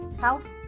health